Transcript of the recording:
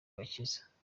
agakiza